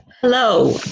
Hello